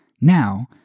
now